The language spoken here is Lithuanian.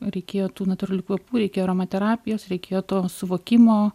reikėjo tų natūralių kvapų reikia aromaterapijos reikėjo to suvokimo